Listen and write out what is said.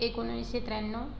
एकोणवीसशे त्र्याण्णव